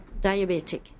diabetic